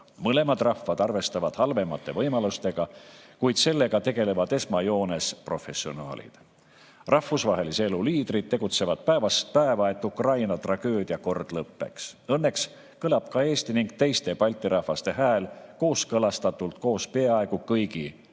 Mõlemad rahvad arvestavad halvemate võimalustega, kuid sellega tegelevad esmajoones professionaalid. Rahvusvahelise elu liidrid tegutsevad päevast päeva, et Ukraina tragöödia ükskord lõpeks. Õnneks kõlab ka Eesti ja teiste Balti rahvaste hääl kooskõlastatult peaaegu kõigi NATO